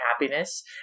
happiness